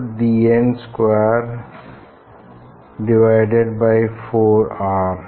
फिर इस डायमीटर का स्क्वायर फिर हम कैलकुलेट कर सकते हैं n 10 th रिंग का क्या डायमीटर है और n 1 तक की रिंग्स का क्या डायमीटर है